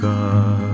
God